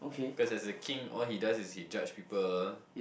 cause he's a king all he does is he judge people